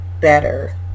better